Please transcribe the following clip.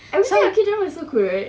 everything about K drama is so cool right